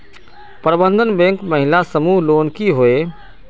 प्रबंधन बैंक महिला समूह लोन की होय?